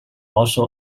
also